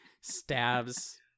stabs